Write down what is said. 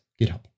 GitHub